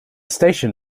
station